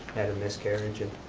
had a miscarriage